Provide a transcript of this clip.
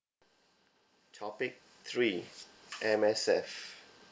topic three M_S_F